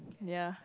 ya